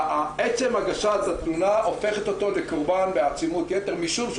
עצם הגשת התלונה הופכת אותו לקורבן בעצימות יתר משום שהוא